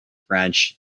french